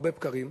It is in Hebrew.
הרבה בקרים.